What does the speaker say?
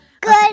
Good